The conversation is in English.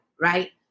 right